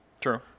True